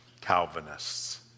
Calvinists